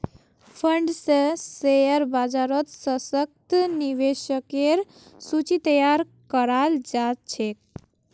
fund स share बाजारत सशक्त निवेशकेर सूची तैयार कराल जा छेक